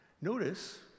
Notice